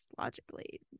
logically